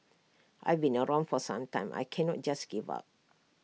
I've been around for some time I cannot just give up